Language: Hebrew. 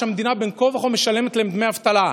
והמדינה בין כה וכה משלמת להם דמי אבטלה.